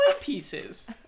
Pieces